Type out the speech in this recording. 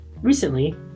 Recently